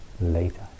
later